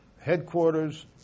headquarters